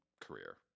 career